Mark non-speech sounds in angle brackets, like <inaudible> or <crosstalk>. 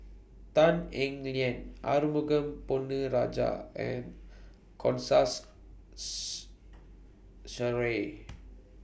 Tan Eng Liang Arumugam Ponnu Rajah and <unintelligible> <noise> Sheares